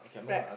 fax